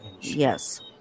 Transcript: Yes